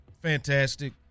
fantastic